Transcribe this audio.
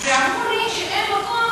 ואמרו לי שאין מקום,